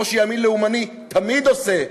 כמו שימין לאומני תמיד עושה,